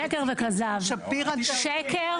ענאה שקר וכזב, שקר